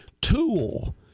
tool